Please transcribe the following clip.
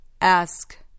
Ask